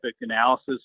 analysis